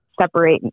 separate